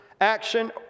action